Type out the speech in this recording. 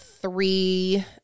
three